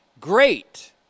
Great